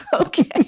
Okay